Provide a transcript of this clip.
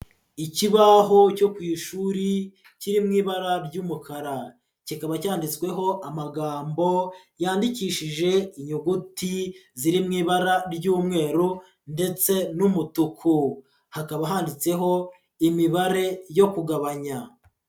Ikibaho cyo ku ishuri kiri mu ibara ry'umukara, kikaba cyanditsweho amagambo yandikishije inyuguti ziri mu ibara ry'umweru ndetse n'umutuku, hakaba handitseho imibare yo kugabanya.